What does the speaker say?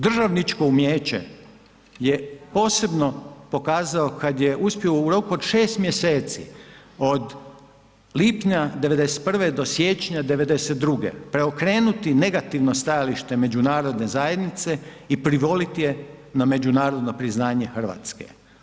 Državničko umijeće je posebno pokazao kad je uspio u roku od 6 mjeseci od lipnja '91. do siječnja '92. preokrenuti negativno stajalište međunarodne zajednice i privolit je na međunarodno priznanje Hrvatske.